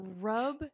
Rub